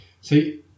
See